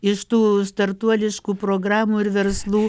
iš tų startuoliškų programų ir verslų